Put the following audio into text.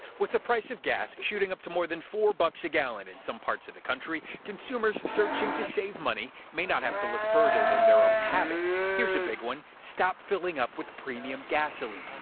with the price of gas shooting up to more than four bucks a gallon in some parts of the country, consumers searching to save money may not have to look further than their own habits. here is a big one. stop filling up with premium gasoline.